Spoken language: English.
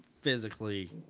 physically